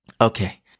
Okay